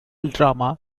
drama